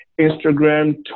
Instagram